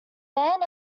band